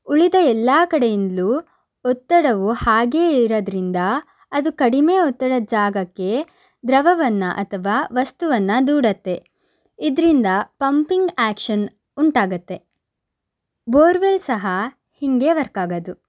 ಉಳಿದ ಎಲ್ಲ ಕಡೆಯಿಂದಲೂ ಒತ್ತಡವು ಹಾಗೆ ಇರೋದ್ರಿಂದ ಅದು ಕಡಿಮೆ ಒತ್ತಡದ ಜಾಗಕ್ಕೆ ದ್ರವವನ್ನು ಅಥವಾ ವಸ್ತುವನ್ನು ದೂಡತ್ತೆ ಇದರಿಂದ ಪಂಪಿಂಗ್ ಆ್ಯಕ್ಷನ್ ಉಂಟಾಗತ್ತೆ ಬೋರ್ವೆಲ್ ಸಹ ಹೀಗೇ ವರ್ಕಾಗೋದು